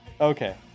Okay